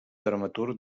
dramaturg